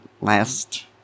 last